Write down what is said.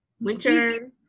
winter